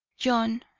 john,